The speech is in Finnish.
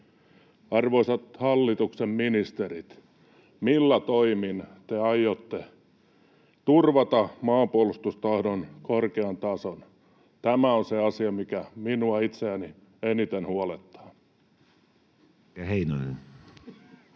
Arvoisat hallituksen ministerit, millä toimin te aiotte turvata maanpuolustustahdon korkean tason? Tämä on se asia, mikä minua itseäni eniten huolettaa.